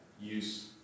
use